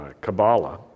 Kabbalah